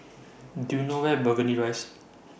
Do YOU know Where Burgundy Rise